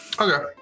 Okay